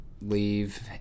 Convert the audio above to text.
leave